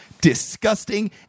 disgusting